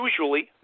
Usually